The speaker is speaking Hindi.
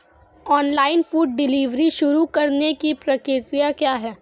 ऑनलाइन फूड डिलीवरी शुरू करने की प्रक्रिया क्या है?